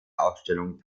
ausstellung